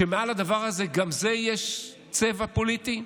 כשגם מעל הדבר הזה יש צבע פוליטי?